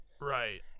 Right